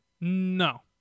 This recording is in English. No